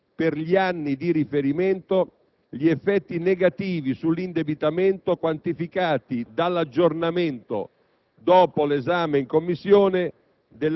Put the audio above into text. che compensa perfettamente, per gli anni di riferimento, gli effetti negativi sull'indebitamento quantificati dall'aggiornamento,